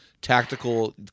tactical